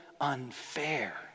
unfair